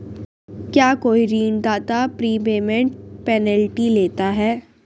क्या कोई ऋणदाता प्रीपेमेंट पेनल्टी लेता है?